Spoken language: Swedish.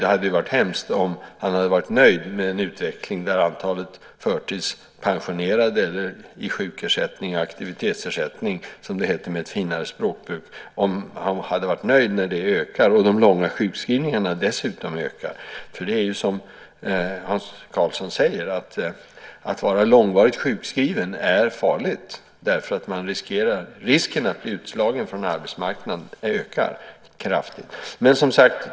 Det hade ju varit hemskt om han hade varit nöjd med en utveckling där antalet förtidspensionerade eller antalet personer i sjuk eller aktivitetsersättning - som det med ett finare språkbruk heter - ökar och de långa sjukskrivningarna dessutom ökar. Att, som Hans Karlsson säger, vara långvarigt sjukskriven är farligt därför att risken att bli utslagen från arbetsmarknaden kraftigt ökar.